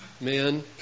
men